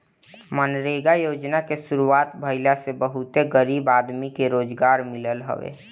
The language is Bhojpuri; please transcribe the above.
मनरेगा योजना के शुरुआत भईला से बहुते गरीब आदमी के रोजगार मिलल हवे